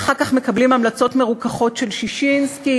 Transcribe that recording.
ואחר כך מקבלים המלצות מרוככות של ששינסקי.